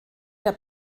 der